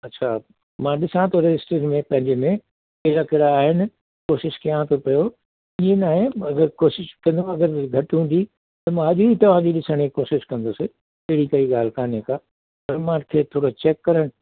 अच्छा मां ॾिसां थो रजिस्टर पंहिंजे में कहिड़ा कहिड़ा आहिनि कोशिशि कया थो पियो इयो न आहे अगरि कोशिशि कंदुमि अगरि घटि हूंदी त मां अॼु ई तव्हांजी ॾिसण जी कोशिशि कंदुसि अहिड़ी काई ॻाल्हि कान्हे का पर मूंखे थोरो चैक करणु